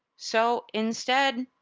so instead,